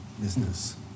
business